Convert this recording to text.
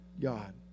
God